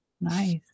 Nice